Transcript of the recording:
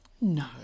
No